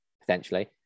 potentially